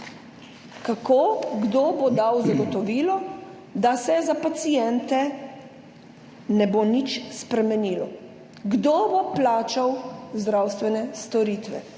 Kako? Kdo bo dal zagotovilo, da se za paciente ne bo nič spremenilo? Kdo bo plačal zdravstvene storitve?